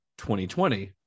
2020